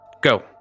go